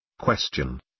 Question